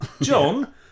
John